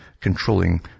controlling